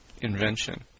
invention